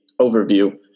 overview